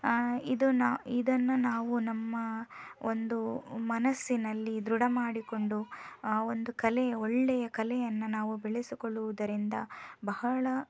ಇದನ್ನು ನಾವು ನಮ್ಮ ಒಂದು ಮನಸ್ಸಿನಲ್ಲಿ ದೃಢ ಮಾಡಿಕೊಂಡು ಆ ಒಂದು ಕಲೆಯ ಒಳ್ಳೆಯ ಕಲೆಯನ್ನು ನಾವು ಬೆಳೆಸಿಕೊಳ್ಳುವುದರಿಂದ ಬಹಳ